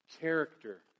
character